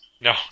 No